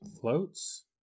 Floats